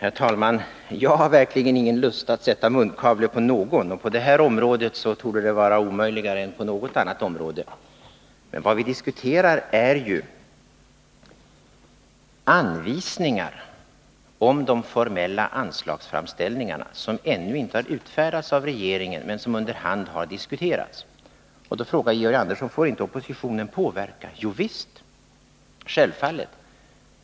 Herr talman! Jag har verkligen ingen lust att sätta munkavle på någon. På detta område torde det vara omöjligare att göra det än på något annat område. Vad vi diskuterar är ju de anvisningar om de formella anslagsframställningarna som ännu inte har utfärdats av regeringen men som under hand har diskuterats. Då frågar Georg Andersson: Får inte oppositionen påverka? Jo visst, självfallet.